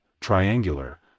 triangular